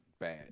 bad